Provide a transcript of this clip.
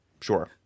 Sure